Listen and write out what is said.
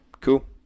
Cool